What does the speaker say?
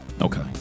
Okay